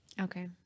Okay